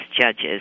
judges